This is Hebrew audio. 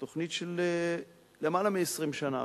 היא תוכנית של למעלה מ-20 שנה.